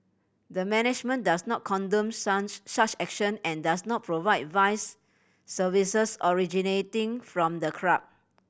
the management does not condone such action and does not provide vice services originating from the club